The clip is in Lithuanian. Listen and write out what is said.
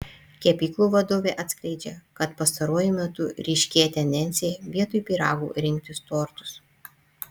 kepyklų vadovė atskleidžia kad pastaruoju metu ryškėja tendencija vietoj pyragų rinktis tortus